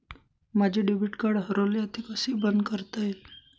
माझे debit card हरवले आहे ते कसे बंद करता येईल?